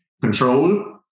control